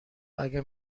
اگه